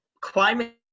climate